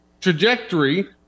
trajectory